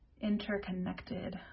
interconnected